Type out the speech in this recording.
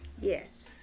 Yes